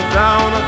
down